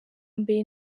mbere